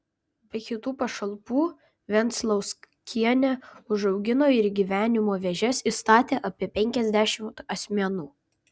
be kitų pašalpų venclauskienė užaugino ir į gyvenimo vėžes įstatė apie penkiasdešimt asmenų